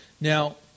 Now